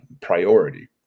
priority